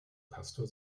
pastor